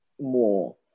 more